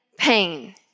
pain